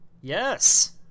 Yes